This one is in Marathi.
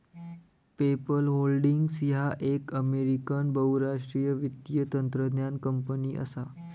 पेपल होल्डिंग्स ह्या एक अमेरिकन बहुराष्ट्रीय वित्तीय तंत्रज्ञान कंपनी असा